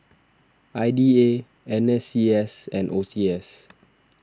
I D A N S C S and O C S